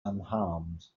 unharmed